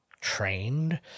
trained